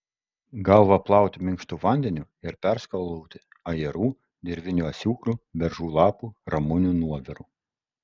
galvą plauti minkštu vandeniu ir perskalauti ajerų dirvinių asiūklių beržų lapų ramunių nuoviru